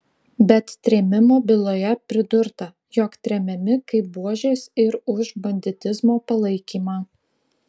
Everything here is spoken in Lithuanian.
bet trėmimo byloje pridurta jog tremiami kaip buožės ir už banditizmo palaikymą